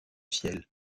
ciel